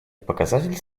показатель